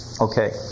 Okay